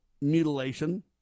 mutilation